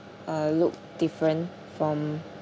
uh look different from